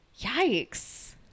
Yikes